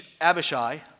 Abishai